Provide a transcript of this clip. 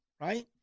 right